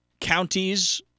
counties